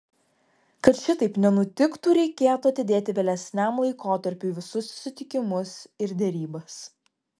kad šitaip nenutiktų reikėtų atidėti vėlesniam laikotarpiui visus susitikimus ir derybas